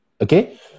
Okay